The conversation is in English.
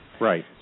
Right